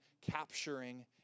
capturing